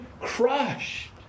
crushed